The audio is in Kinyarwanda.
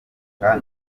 akaba